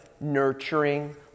nurturing